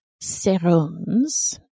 serums